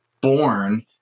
born